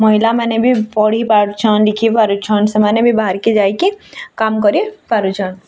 ମହିଲାମାନେ ବି ପଢ଼ିପାରୁଛନ୍ ଲିଖି ପାରୁଛନ୍ ସେମାନେ ବି ବାହରିକି ଯାଇକି କାମ୍ କରି ପାରୁଛନ୍